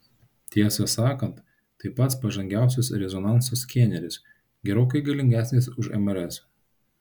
tiesą sakant tai pats pažangiausias rezonanso skeneris gerokai galingesnis už mrs